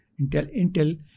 intel